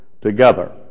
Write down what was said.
together